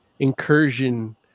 incursion